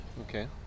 Okay